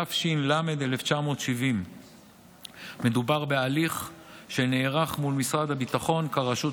התש"ל 1970. מדובר בהליך שנערך מול משרד הביטחון כרשות